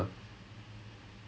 ah ஆமாம்:aamaam ya